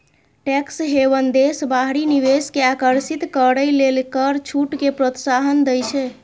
tax haven देश बाहरी निवेश कें आकर्षित करै लेल कर छूट कें प्रोत्साहन दै छै